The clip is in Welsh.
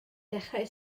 dechrau